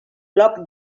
bloc